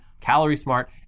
calorie-smart